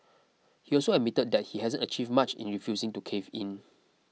he also admitted that he hasn't achieved much in refusing to cave in